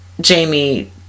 Jamie